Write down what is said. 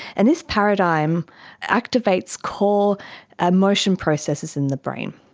and this paradigm activates core emotion processes in the brain.